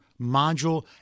module